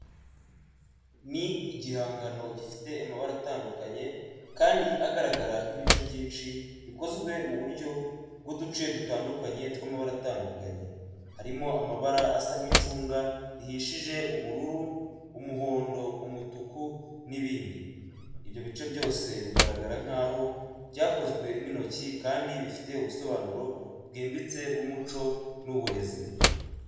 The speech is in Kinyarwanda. Ni igihangano gifite amabara atandukanye kandi agaragara nk’ibice byinshi bikozwe mu buryo bw’uduce dutandukanye tw’amabara atandukanye, harimo amabara asa nkicunga rihishije ubururu, umuhondo, umutuku, n’ibindi. ibyo bice byose bigaragara nk’aho byakozwe n’intoki kandi bifite ubusobanuro bwimbitse bw’umuco n’uburezi.